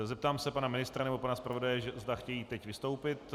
Zeptám se pana ministra nebo pana zpravodaje, zda chtějí teď vystoupit.